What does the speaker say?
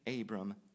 Abram